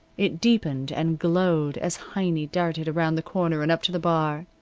it deepened and glowed as heiny darted around the corner and up to the bar.